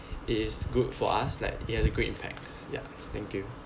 it is good for us like it has a great impact ya thank you